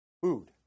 Food